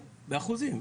באחוזים.